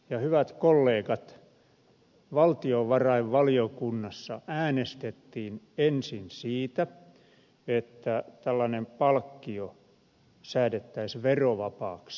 hyvät kollegat valtiovarainvaliokunnassa äänestettiin ensin siitä että tällainen palkkio säädettäisiin verovapaaksi